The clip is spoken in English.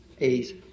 A's